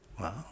Wow